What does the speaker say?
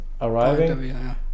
arriving